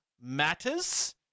matters